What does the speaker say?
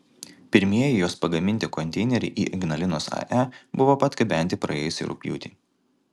pirmieji jos pagaminti konteineriai į ignalinos ae buvo atgabenti praėjusį rugpjūtį